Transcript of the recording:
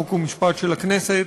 חוק ומשפט של הכנסת,